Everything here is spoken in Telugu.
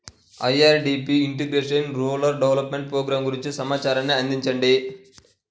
IRDP integrated rural development program గురించి సమాచారాన్ని అందించండి?